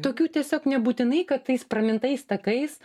tokių tiesiog nebūtinai kad tais pramintais takais